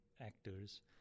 actors